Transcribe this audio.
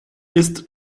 ist